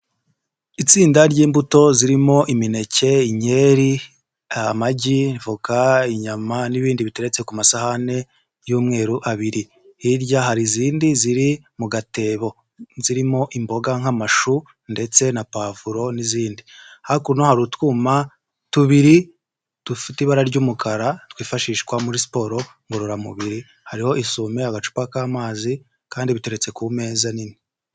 Itsinda ry'imbuto zirimo: imineke, inkeri, amagi, voka, inyama, n'ibindi biturutse ku masahani y'umweru abiri, hirya hari izindi ziri mu gatebo zirimo: imboga nk'amashu ndetse na pavuro n'izindi, hakuno hari utwuma tubiri dufite ibara ry'umukara twifashishwa muri siporo ngororamubiri hariho isome agacupa k'amazi kandi biturutse ku meza nini.